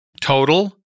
total